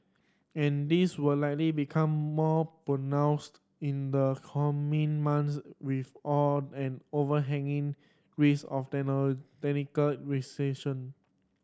and this will likely become more pronounced in the coming months with all an overhanging risk of recession